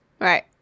Right